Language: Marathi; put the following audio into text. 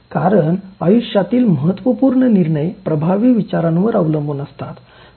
कारण आयुष्यातील महत्त्वपूर्ण निर्णय प्रभावी विचारांवर अवलंबून असतात